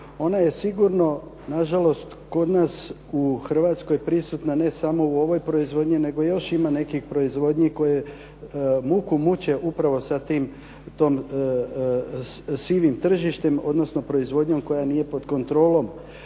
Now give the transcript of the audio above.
ona je sigurno na žalost kod nas u Hrvatskoj prisutna ne samo u ovoj proizvodnji, nego još ima nekih proizvodnji koje muku muče upravo sa tim sivim tržištem, odnosno proizvodnjom koja nije pod kontrolom.